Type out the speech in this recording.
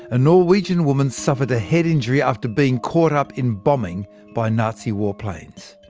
a norwegian woman suffered a head injury after being caught up in bombing by nazi warplanes.